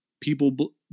people